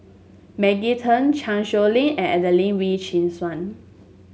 Maggie Teng Chan Sow Lin and Adelene Wee Chin Suan